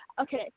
Okay